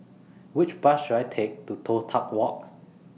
Which Bus should I Take to Toh Tuck Walk